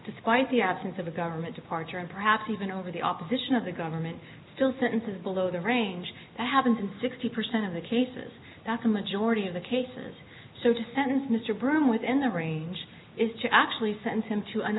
despite the absence of a government departure and perhaps even over the opposition of the government still sentences below the range that happens in sixty percent of the cases that's a majority of the cases so to sentence mr broom within the range is to actually send him to an